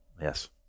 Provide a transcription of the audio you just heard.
Yes